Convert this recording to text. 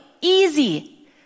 easy